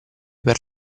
per